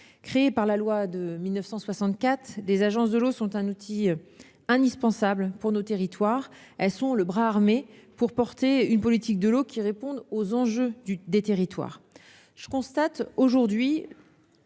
Créées par la loi de 1964, les agences de l'eau sont un outil indispensable pour nos territoires : elles sont le bras armé permettant de mettre en oeuvre une politique de l'eau qui réponde aux enjeux des territoires.